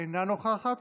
אינה נוכחת,